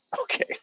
okay